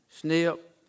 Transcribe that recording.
snip